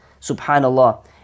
subhanallah